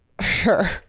sure